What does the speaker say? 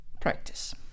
Practice